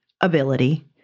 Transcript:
ability